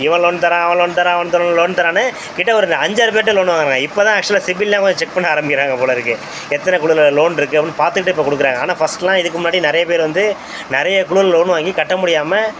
இவன் லோன் தர்றான் அவன் லோன் தர்றான் அவன் தொல் லோன் தர்றான்னு கிட்ட ஒரு அஞ்சாறு பேர்கிட்ட லோன் வாங்குறாங்க இப்போ தான் ஆக்ஷுவலாக சிபில்லாம் கொஞ்சம் செக் பண்ண ஆரமிக்கிறாங்க போல் இருக்கு எத்தனை குழுவுல லோன் இருக்கு அப்புடினு பார்த்துக்கிட்டு இப்போ கொடுக்கறாங்க ஆனால் ஃபர்ஸ்ட்லாம் இதுக்கு முன்னாடி நிறைய பேர் வந்து நிறைய குழுவுல லோன் வாங்கி கட்ட முடியாமல்